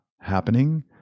happening